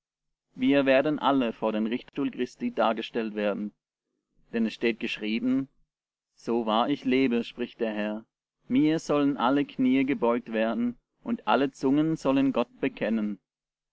wir werden alle vor den richtstuhl christi dargestellt werden denn es steht geschrieben so wahr ich lebe spricht der herr mir sollen alle kniee gebeugt werden und alle zungen sollen gott bekennen